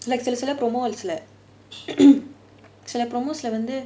like சில சில:sila sila promos lah சில:sila promos leh வந்து:vanthu